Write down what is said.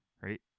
right